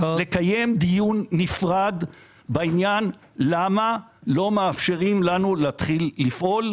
לקיים דיון נפרד בעניין למה לא מאפשרים לנו להתחיל לפעול.